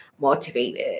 motivated